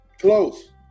Close